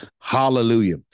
Hallelujah